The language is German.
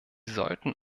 sollten